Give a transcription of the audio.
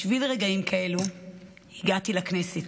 בשביל רגעים כאלו הגעתי לכנסת,